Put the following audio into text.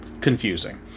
confusing